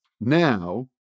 now